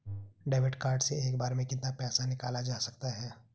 Debit card से एक बार में कितना पैसा निकाला जा सकता है?